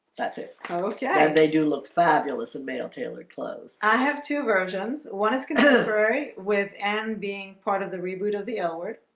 that's it okay and they do look fabulous in male tailored clothes i have two versions one is consider very with and being part of the reboot of the l word